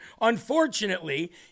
Unfortunately